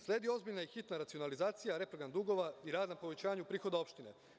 Sledi ozbiljna i hitna racionalizacija, reprogram dugova i rad na povećanju prihoda opštine.